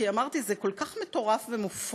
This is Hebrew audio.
כי אמרתי: זה כל כך מטורף ומופרע,